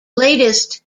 latest